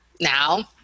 now